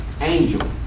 angel